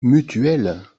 mutuelle